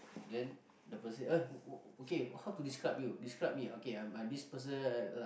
then the person eh okay how to describe you describe me okay I'm I'm this person like